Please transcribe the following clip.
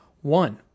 One